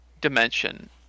dimension